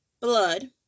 blood